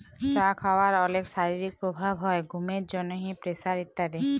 চা খাওয়ার অলেক শারীরিক প্রভাব হ্যয় ঘুমের জন্হে, প্রেসার ইত্যাদি